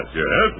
yes